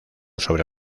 sobre